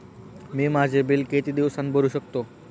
मी माझे बिल किती दिवसांत भरू शकतो?